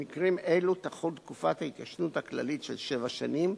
במקרים אלו תחול תקופת ההתיישנות הכללית של שבע שנים,